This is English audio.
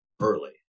early